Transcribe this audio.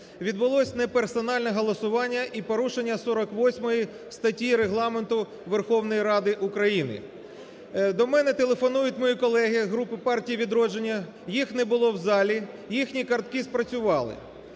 відбулось неперсональне голосування і порушення 48 статті Регламенту Верховної Ради України. До мене телефонують мої колеги групи "Партії "Відродження", їх не було в залі, їхні картки спрацювали.